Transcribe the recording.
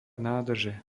nádrže